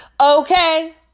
Okay